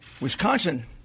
Wisconsin